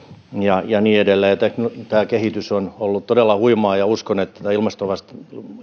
ja ja niin edelleen tämä kehitys on ollut todella huimaa ja uskon että